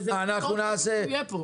וזה חשוב שהוא יהיה פה.